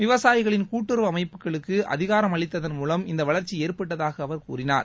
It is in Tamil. விவசாயிகளின் கூட்டுறவு அமைப்புகளுக்கு அதிகாரம் அளித்ததன் மூவம் இந்த வளர்ச்சி ஏற்பட்டதாக அவர் கூறினார்